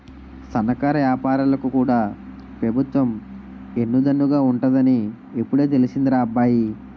సన్నకారు ఏపారాలకు కూడా పెబుత్వం ఎన్ను దన్నుగా ఉంటాదని ఇప్పుడే తెలిసిందిరా అబ్బాయి